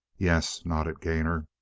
yes, nodded gainor.